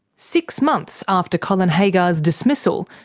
six months after colin haggar's dismissal,